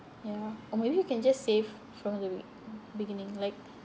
ya or maybe you can just save from the be~ beginning like